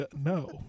No